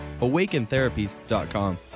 awakentherapies.com